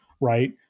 right